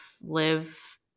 live